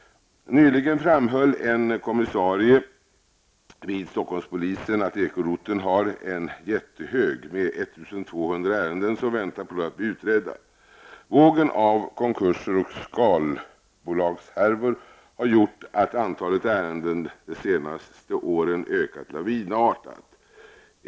Nyligen framhöll en kommissarie vid Stockholmspolisen att ekoroteln har en jättehög med 1 200 ärenden som väntar på att bli utredda. Vågen av konkurser och skalbolagshärvor har gjort att antalet ärenden de senaste åren ökat lavinartat.